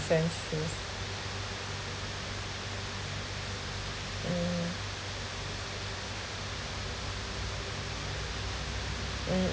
sense things mm mm